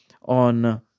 on